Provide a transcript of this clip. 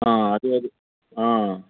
అదే అదే